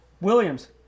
Williams